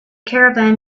caravan